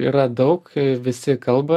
yra daug visi kalba